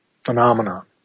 phenomenon